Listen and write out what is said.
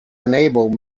enable